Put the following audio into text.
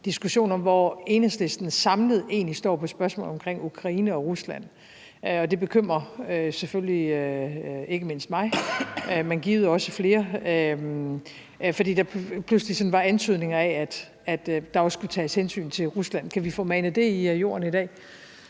diskussion om, hvor Enhedslisten samlet set egentlig står i spørgsmålet omkring Ukraine og Rusland. Og det bekymrer selvfølgelig ikke mindst mig, men givet også flere, fordi der pludselig sådan var antydninger af, at der også skulle tages hensyn til Rusland. Kan vi få manet det i jorden i dag?